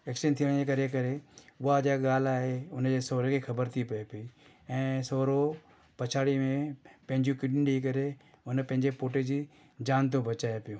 accident थियणु जे करे करे उहा जे ॻाल्हि आहे उनजे सहुरे खे ख़बर थी पए पई ऐं सहुरो पछाड़ी में पंहिंजियूं किडनी ॾेई करे उन पंहिंजे पुटु जी जान थो बचाए पियो